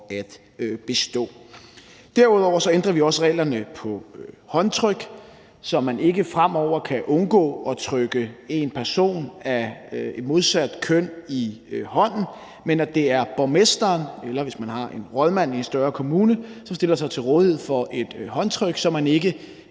at bestå. Derudover ændrer vi også reglerne vedrørende håndtryk, så man ikke fremover kan undgå at trykke en person af et modsat køn i hånden, men at det er borgmesteren – eller hvis man har en rådmand i en større kommune – som stiller sig til rådighed for et håndtryk, så der ikke